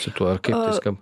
cituoju ar kaip tai skamba